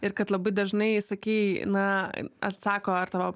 ir kad labai dažnai sakei na atsako ar tavo